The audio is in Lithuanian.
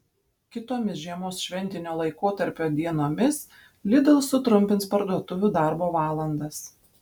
kitomis žiemos šventinio laikotarpio dienomis lidl sutrumpins parduotuvių darbo valandas